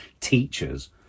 teachers